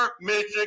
Michigan